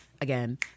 again